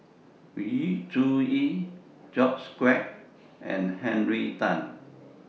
Yu Zhuye George Quek and Henry Tan